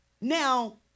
now